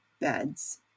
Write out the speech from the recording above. beds